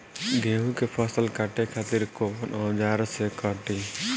गेहूं के फसल काटे खातिर कोवन औजार से कटी?